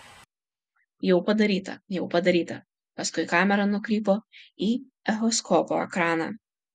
jau padaryta jau padaryta paskui kamera nukrypo į echoskopo ekraną